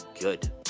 good